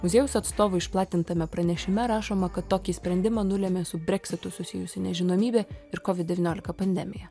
muziejaus atstovų išplatintame pranešime rašoma kad tokį sprendimą nulėmė su breksitu susijusi nežinomybė ir kovid devyniolika pandemija